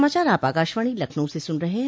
यह समाचार आप आकाशवाणी लखनऊ से सुन रहे हैं